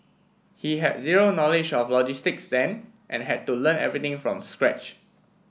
he had zero knowledge of logistics then and had to learn everything from scratch